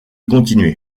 continuer